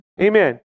Amen